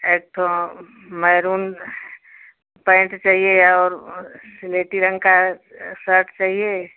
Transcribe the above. एक ठो maroon pant चाहिए और स्लेटी रंग का सर्ट चाहिए